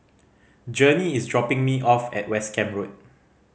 Journey is dropping me off at West Camp Road